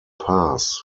pass